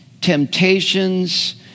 temptations